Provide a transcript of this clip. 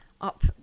up